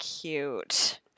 Cute